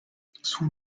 sous